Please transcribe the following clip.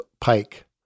Pike